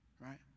right